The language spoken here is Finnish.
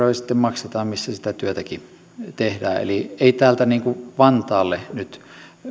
niitä yhteisöveroja sitten maksavat missä sitä työtäkin tehdään eli ei täältä vantaalle nyt